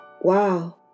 Wow